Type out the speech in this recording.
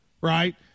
right